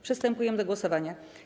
Przystępujemy do głosowania.